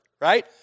right